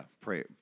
pray